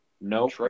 No